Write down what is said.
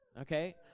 Okay